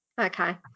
Okay